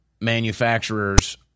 manufacturers